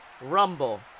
Rumble